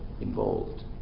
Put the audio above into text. involved